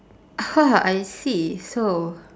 I see so